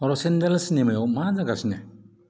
रसेनदाल चिनेमायाव मा जागासिनो